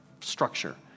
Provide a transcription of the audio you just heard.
structure